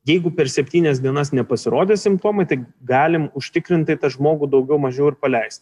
jeigu per septynias dienas nepasirodė simptomai tai galim užtikrintai tą žmogų daugiau mažiau ir paleist